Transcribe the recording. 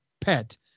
pet